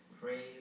praise